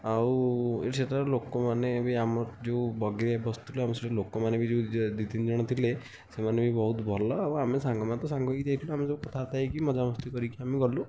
ଆଉ ସେତେବଳେ ଲୋକାମାନେ ବି ଆମର ଯେଉଁ ବଗିରେ ବସିଥିଲୁ ଆମର ସେଠି ଲୋକମାନେ ଯେଉଁ ଯେଉଁ ଦୁଇ ତିନି ଜଣ ଥିଲେ ସେମାନେ ବି ବହୁତ ଭଲ ଆଉ ଆମେ ସାଙ୍ଗମାନେ ତ ସାଙ୍ଗ ହୋଇକି ଯାଇଥିଲୁ ଆମେ ସବୁ କଥାବାର୍ତ୍ତା ହୋଇକି ମଜାମସ୍ତି କରିକି ଆମେ ଗଲୁ